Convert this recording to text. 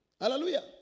Hallelujah